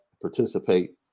participate